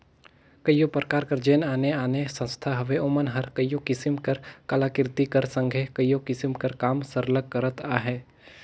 कइयो परकार कर जेन आने आने संस्था हवें ओमन हर कइयो किसिम कर कलाकृति कर संघे कइयो किसिम कर काम सरलग करत अहें